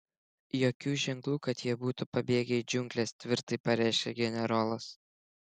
jokių ženklų kad jie būtų pabėgę į džiungles tvirtai pareiškė generolas